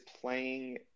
playing